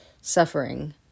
suffering